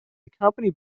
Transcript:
accompanied